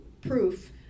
proof